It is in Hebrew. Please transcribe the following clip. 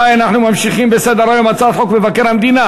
אחד נגד ואחד נמנע.